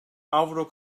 avro